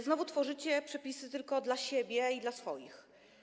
Znowu tworzycie przepisy tylko dla siebie i dla swoich.